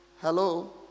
Hello